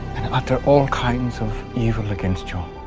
and utter all kinds of evil against you,